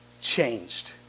changed